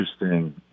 interesting